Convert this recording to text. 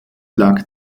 lag